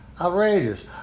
outrageous